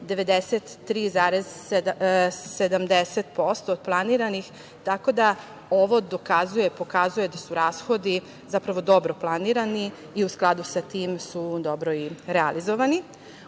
93,70% od planiranih tako da ovo dokazuje i pokazuje da su rashodi zapravo dobro planirani i u skladu sa tim su dobro i realizovani. Ostvareni